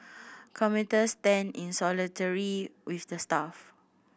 commuter stand in solidarity with the staff